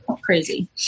crazy